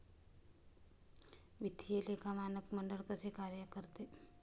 वित्तीय लेखा मानक मंडळ कसे कार्य करते?